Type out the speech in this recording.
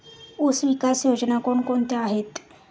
ऊसविकास योजना कोण कोणत्या आहेत?